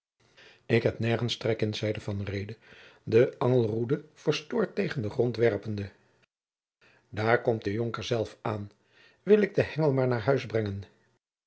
ik heb nergens trek in zeide van reede de angelroede verstoord tegen den grond werpende daar komt de jonker zelf aan wil ik den hengel maar naar huis brengen